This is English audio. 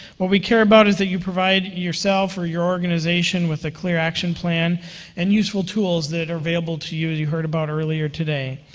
what we care about is that you provide yourself or your organization with a clear action plan and useful tools that are available to you, as you heard about earlier today.